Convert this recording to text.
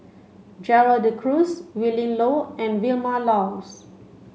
Gerald De Cruz Willin Low and Vilma Laus